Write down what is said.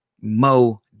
Mo